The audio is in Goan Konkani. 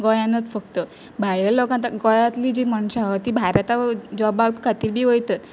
गोंयानूच फक्त भायले लोकां आतां गोंयांतली जी मनशां आहत ती भायर आत जॉबा खातीर बी वयत